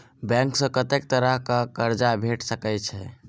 Bank सऽ कत्तेक तरह कऽ कर्जा भेट सकय छई?